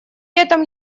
этом